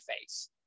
face